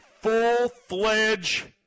full-fledged